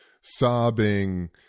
sobbing